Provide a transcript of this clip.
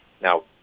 now